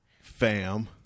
fam